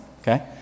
okay